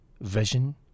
Vision